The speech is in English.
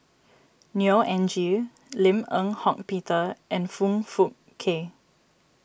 Neo Anngee Lim Eng Hock Peter and Foong Fook Kay